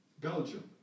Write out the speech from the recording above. Belgium